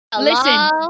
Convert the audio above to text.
Listen